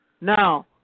Now